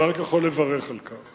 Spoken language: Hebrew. ואני רק יכול לברך על כך.